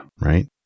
right